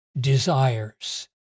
desires